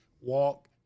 walk